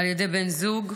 על ידי בן זוג.